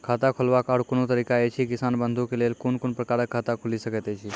खाता खोलवाक आर कूनू तरीका ऐछि, किसान बंधु के लेल कून कून प्रकारक खाता खूलि सकैत ऐछि?